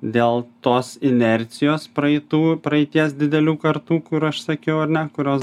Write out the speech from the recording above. dėl tos inercijos praeitų praeities didelių kartų kur aš sakiau ar ne kurios